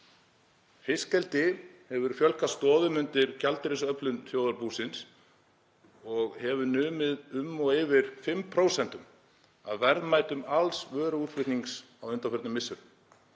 Fiskeldi hefur fjölgað stoðum undir gjaldeyrisöflun þjóðarbúsins og hefur numið um og yfir 5% af verðmætum alls vöruútflutnings á undanförnum misserum.